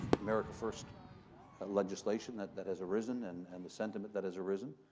america first legislation that that has arisen and and the sentiment that has arisen.